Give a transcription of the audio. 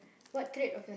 what trait of your~